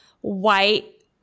white